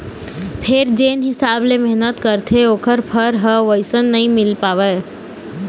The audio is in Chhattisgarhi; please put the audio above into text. फेर जेन हिसाब ले मेहनत करथे ओखर फर ह वइसन नइ मिल पावय